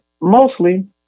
mostly